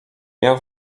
miał